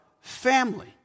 family